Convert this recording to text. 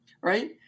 right